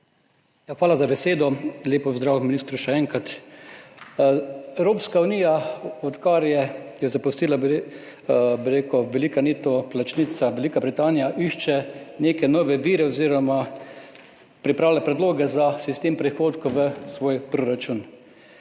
Hvala za besedo. Lep pozdrav ministru, še enkrat! Evropska unija, odkar jo je zapustila velika neto plačnica Velika Britanija, išče neke nove vire oziroma pripravlja predloge za sistem prihodkov v svoj proračun.